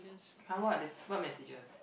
!huh! what they what messages